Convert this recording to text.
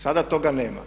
Sada toga nema.